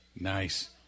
Nice